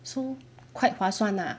so quite 划算 lah